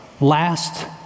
last